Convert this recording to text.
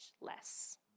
less